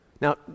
Now